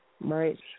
Right